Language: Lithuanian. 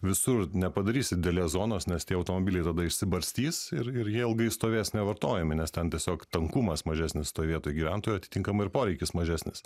visur nepadarysi didelės zonos nes tie automobiliai tada išsibarstys ir ir jie ilgai stovės nevartojami nes ten tiesiog tankumas mažesnis toj vietoj gyventojų atitinkamai ir poreikis mažesnis